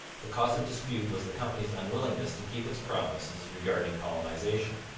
the cause of dispute was the company's unwillingness to keep its promises regarding colonization.